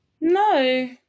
No